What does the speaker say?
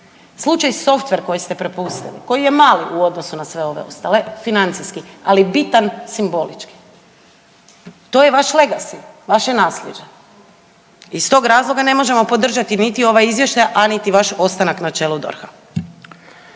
slučaj softver koji ste prepustili koji je mali u odnosu na sve ove ostale financijski, ali bitan simbolički. To je vas legacy, vaše naslijeđe. Iz tog razloga ne možemo podržati niti ovaj izvještaj, a niti vaš ostanak na čelu DORH-a.